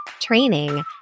training